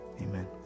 Amen